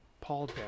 paul